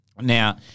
Now